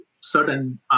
certain